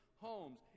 homes